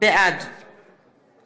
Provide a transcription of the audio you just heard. בעד